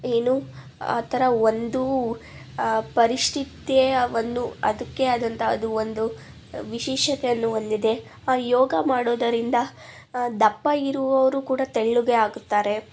ಏನು ಆ ಥರ ಒಂದು ಪರಿಷ್ಟಿತ್ಯೇಯವನ್ನು ಅದಕ್ಕೇ ಆದಂಥ ಅದು ಒಂದು ವಿಶೇಷತೆಯನ್ನು ಹೊಂದಿದೆ ಆ ಯೋಗ ಮಾಡುವುದರಿಂದ ದಪ್ಪ ಇರುವವರೂ ಕೂಡ ತೆಳ್ಳಗೆ ಆಗುತ್ತಾರೆ